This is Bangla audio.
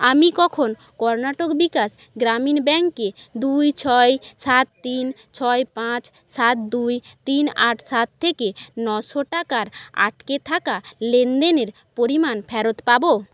আমি কখন কর্ণাটক বিকাশ গ্রামীণ ব্যাংকে দুই ছয় সাত তিন ছয় পাঁচ সাত দুই তিন আট সাত থেকে নশো টাকার আটকে থাকা লেনদেনের পরিমাণ ফেরত পাবো